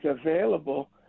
available